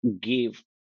give